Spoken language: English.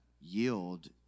yield